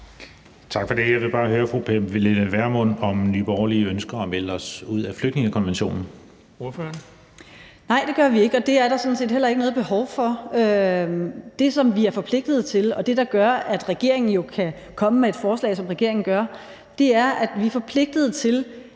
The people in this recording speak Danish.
Tak for det. Jeg vil bare høre fru Pernille Vermund, om Nye Borgerlige ønsker at melde os ud af flygtningekonventionen. Kl. 19:44 Den fg. formand (Erling Bonnesen): Ordføreren. Kl. 19:44 Pernille Vermund (NB): Nej, det gør vi ikke, og det er der sådan set heller ikke noget behov for. Det, som vi er forpligtede til, og det, der gør, at regeringen kan komme med et forslag, som regeringen gør, er, at vi er forpligtet til